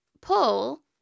pull